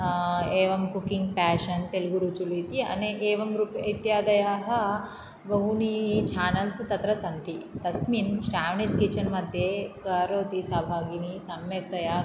एवं cooking passion Telugu Ruchulu इति अने एवं रूपेण इत्यादयः बहूनि चेनल्स् तत्र सन्ति तस्मिन् श्रावनीस् किचन् मध्ये करोति सा भगिनि सम्यक्तया